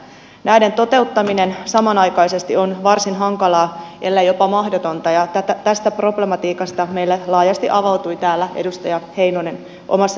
näiden toteuttaminen samanaikaisesti on varsin hankalaa ellei jopa mahdotonta ja tästä problematiikasta meille laajasti avautui täällä edustaja heinonen omassa puheenvuorossaan